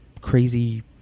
crazy